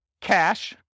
cash